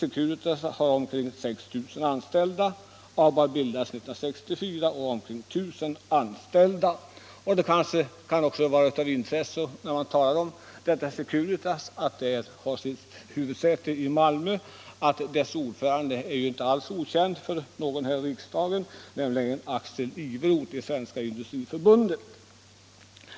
Securitas har omkring 6 000 anställda. ABAB bildades 1964 och har ca 1 000 anställda. Ordföranden i Securitas styrelse är inte okänd för någon här i riksdagen. Det är nämligen Axel Iveroth i Svenska industriförbundet.